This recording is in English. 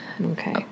Okay